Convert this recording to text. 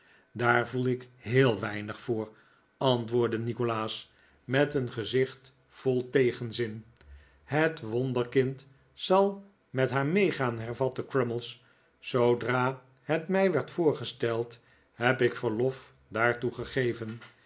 daar voel ik heel weinig voor antwoordde nikolaas met een gezicht vol tegenzin het wonderkind zal met haar meegaan hervatte crummies zoodra het mij werd voorgesteld heb ik verlof daartoe gegeven